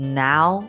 now